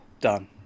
Done